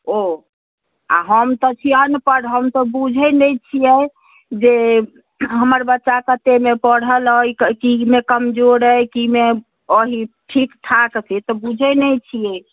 ओ आ हम त छी अनपढ़ हम तऽ बुझै नहि छियै जे हमर बच्चा कते मे पढ़ल अछि की मे कमजोर अछि की मे अछि ठीकठाक से तऽ बुझै नहि छियै